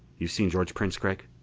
you've seen george prince, gregg?